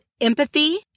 empathy